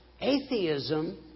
atheism